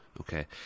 Okay